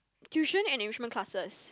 tuition enrichment classes